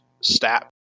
stat